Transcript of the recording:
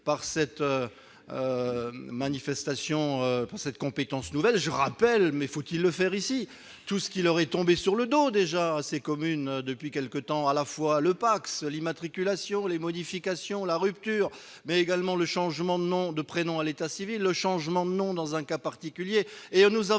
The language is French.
par cette manifestation pour cette compétence nouvelle je rappelle, mais faut-il le faire ici tout ce qui leur est tombé sur le dos déjà assez commune depuis quelque temps, à la fois le Pacs, l'immatriculation, les modifications la rupture, mais également le changement de nom de prénom à l'état civil, le changement de nom dans un cas particulier